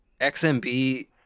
XMB